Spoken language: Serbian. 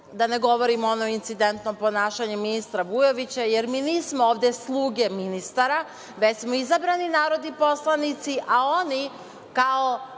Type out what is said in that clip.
da ne govorim o onom incidentnom ponašanju ministra Vujoviću. Mi nismo ovde sluge ministara, već smo izabrani narodni poslanici, a oni kao